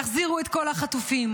יחזירו את כל החטופים.